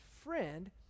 friend